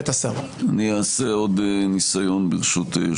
אני מציג את התכנית שלי כבר 20 שנה,